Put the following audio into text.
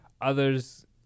Others